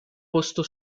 posto